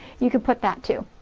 you can put that too.